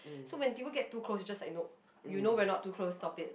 so when people get too close just like nope you know we are not too close stop it